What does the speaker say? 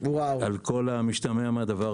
על כל המשתמע מזה.